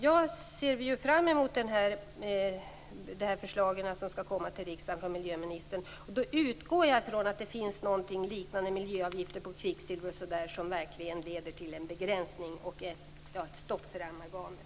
Jag ser fram emot de förslag som skall komma till riksdagen från miljöministern. Då utgår jag ifrån att det finns någonting liknande en miljöavgift på kvicksilver som verkligen leder till en begränsning och ett stopp för amalgamet.